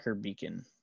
beacon